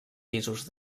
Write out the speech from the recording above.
pisos